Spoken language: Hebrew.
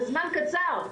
בזמן קצר,